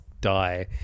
die